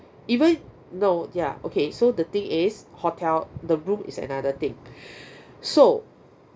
even no ya okay so the thing is hotel the room is another thing so